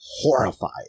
horrified